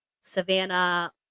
savannah